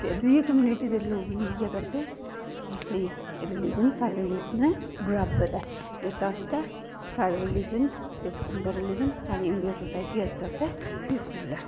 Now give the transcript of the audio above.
ते दुई कमुयनिटी दे लोक बी इ'यै करदे नेईं रलीजन सारे गै बराबर ऐ इत्त आस्तै साढ़ा रलीज़न ते उं'दा रलीजन साढ़ी इंडिया सोसायटी आस्तै पीसफुल ऐ